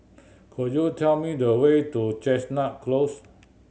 could you tell me the way to Chestnut Close